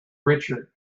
richard